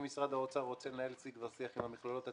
אם משרד האוצר רוצה לנהל שיג ושיח עם המכללות הטכנולוגיות,